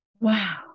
Wow